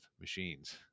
machines